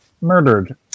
murdered